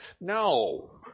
No